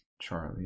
Charlie